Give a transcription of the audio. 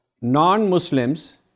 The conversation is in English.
non-Muslims